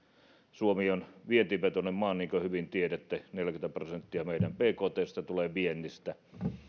suomi on vientivetoinen maa niin kuin hyvin tiedätte neljäkymmentä prosenttia meidän bktsta tulee viennistä